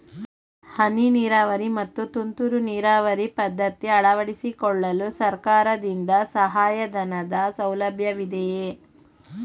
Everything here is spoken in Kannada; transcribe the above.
ಹನಿ ನೀರಾವರಿ ಮತ್ತು ತುಂತುರು ನೀರಾವರಿ ಪದ್ಧತಿ ಅಳವಡಿಸಿಕೊಳ್ಳಲು ಸರ್ಕಾರದಿಂದ ಸಹಾಯಧನದ ಸೌಲಭ್ಯವಿದೆಯೇ?